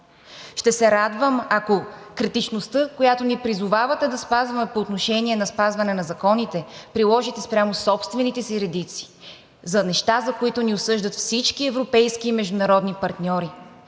Ще се радвам, ако критичността, която ни призовавате по отношение на спазването на законите, приложите спрямо собствените си редици за неща, за които ни осъждат всички европейски и международни партньори.